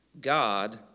God